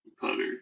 putter